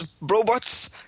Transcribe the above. robots